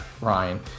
Ryan